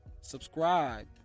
subscribe